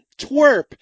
twerp